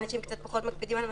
אנשים קצת פחות מקפידים על מרחק.